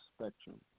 spectrum